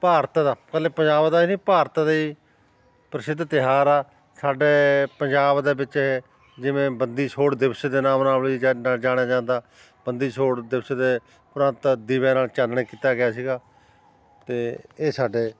ਭਾਰਤ ਦਾ ਇਕੱਲੇ ਪੰਜਾਬ ਦਾ ਹੀ ਨਹੀਂ ਭਾਰਤ ਦੇ ਹੀ ਪ੍ਰਸਿੱਧ ਤਿਉਹਾਰ ਆ ਸਾਡੇ ਪੰਜਾਬ ਦੇ ਵਿੱਚ ਇਹ ਜਿਵੇਂ ਬੰਦੀ ਛੋੜ ਦਿਵਸ ਦੇ ਨਾਮ ਨਾਲ ਵੀ ਜਾਨ ਜਾਣਿਆ ਜਾਂਦਾ ਬੰਦੀ ਛੋੜ ਦਿਵਸ ਦੇ ਉਪਰੰਤ ਦੀਵਿਆ ਨਾਲ ਚਾਨਣ ਕੀਤਾ ਗਿਆ ਸੀਗਾ ਅਤੇ ਇਹ ਸਾਡੇ